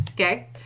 okay